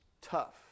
tough